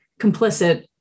complicit